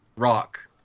Rock